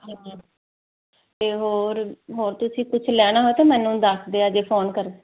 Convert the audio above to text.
ਹਾਂ ਅਤੇ ਹੋਰ ਹੋਰ ਤੁਸੀਂ ਕੁਛ ਲੈਣਾ ਹੋਵੇ ਤਾਂ ਮੈਨੂੰ ਦੱਸ ਦਿਆ ਜੇ ਫੋਨ ਕਰਕੇ